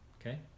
Okay